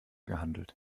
gehandelt